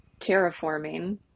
terraforming